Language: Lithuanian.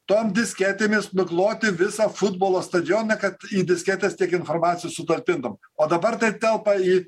tom disketėmis nukloti visą futbolo stadioną kad į disketes tiek informacijos sutalpintum o dabar tai telpa į